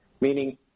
Meaning